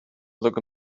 look